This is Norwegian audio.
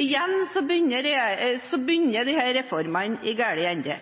Igjen begynner disse reformene i feil ende.